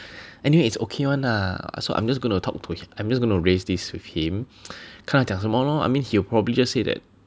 anyway it's okay [one] lah so I'm just gonna talk to I'm just going to raise this with him 看他讲什么 lor I mean he'll probably just say that